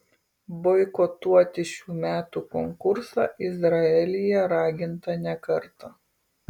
boikotuoti šių metų konkursą izraelyje raginta ne kartą